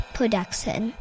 Production